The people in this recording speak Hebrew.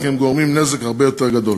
כי הן גורמות נזק הרבה יותר גדול.